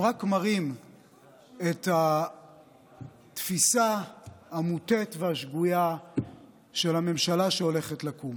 והן רק מראות את התפיסה המוטעית והשגויה של הממשלה שהולכת לקום.